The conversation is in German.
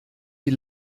die